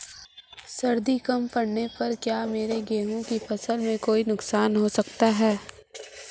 सर्दी कम पड़ने से क्या मेरे गेहूँ की फसल में कोई नुकसान हो सकता है?